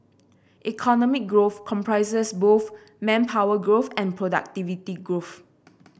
economic growth comprises both manpower growth and productivity growth